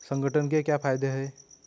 संगठन के क्या फायदें हैं?